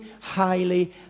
highly